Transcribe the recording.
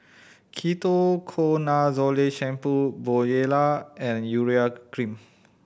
Ketoconazole Shampoo Bonjela and Urea Cream